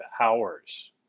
hours